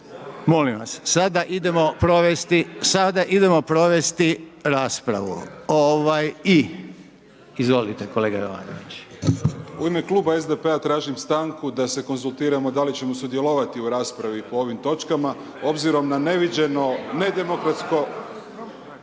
molim vas, sada idemo provesti raspravu, ovaj i, izvolite kolega Jovanović.